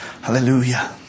Hallelujah